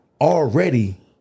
already